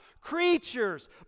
creatures